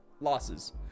losses